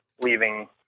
leaving